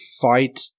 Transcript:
fight